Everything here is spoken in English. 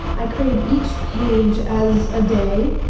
i created each page as a day,